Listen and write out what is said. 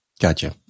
Gotcha